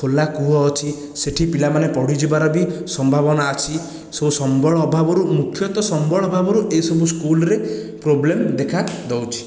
ଖୋଲା କୂଅ ଅଛି ସେଠି ପିଲାମାନେ ପଡ଼ିଯିବାର ବି ସମ୍ଭାବନା ଅଛି ସୋ ସମ୍ବଳ ଅଭାବରୁ ମୁଖ୍ୟତଃ ସମ୍ବଳ ଅଭାବରୁ ଏହିସବୁ ସ୍କୁଲରେ ପ୍ରୋବ୍ଲେମ୍ ଦେଖା ଦେଉଛି